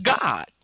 God